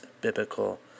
biblical